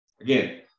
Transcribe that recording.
again